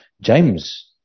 James